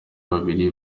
babiri